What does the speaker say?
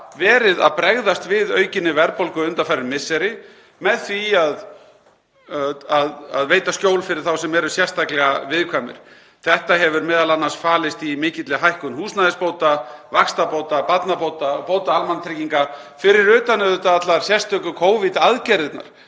verið að bregðast við aukinni verðbólgu undanfarin misseri með því að veita skjól fyrir þá sem eru sérstaklega viðkvæmir. Þetta hefur m.a. falist í mikilli hækkun húsnæðisbóta, vaxtabóta, barnabóta og bóta almannatrygginga, fyrir utan auðvitað allar sérstöku Covid-aðgerðirnar